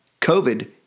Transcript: COVID